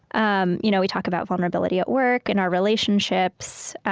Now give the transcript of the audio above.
um you know we talk about vulnerability at work, in our relationships,